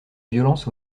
violence